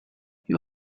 you